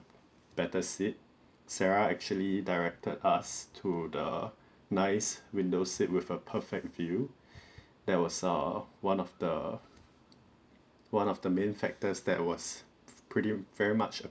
better seat sarah actually directed us to the nice windows sit with a perfect view that was err one of the one of the main factors that was pretty very much